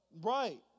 Right